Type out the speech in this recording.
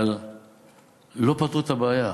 אבל לא פתרו את הבעיה.